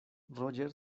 roger